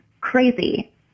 crazy